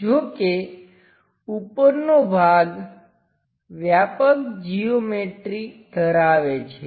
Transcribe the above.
જો કે ઉપરનો ભાગ વ્યાપક જિયૉમેટ્રી ધરાવે છે